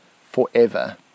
forever